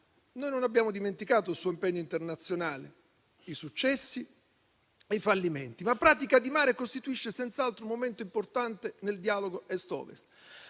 Non abbiamo dimenticato il suo impegno internazionale, i successi e i fallimenti, ma Pratica di Mare costituisce senz'altro un momento importante nel dialogo tra Est